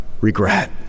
regret